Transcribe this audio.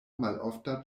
malofta